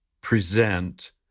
present